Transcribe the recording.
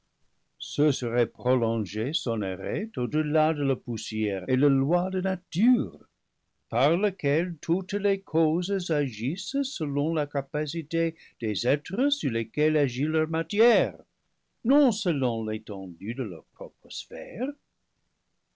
ce serait prolonger son arrêt au delà de la poussière et de loi de nature par laquelle toutes les causes agissent selon la capacité des êtres sur lesquels agit leur matière non selon l'étendue de leur